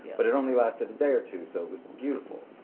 but it only lasted a day or two, so it was beautiful.